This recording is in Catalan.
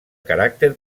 caràcter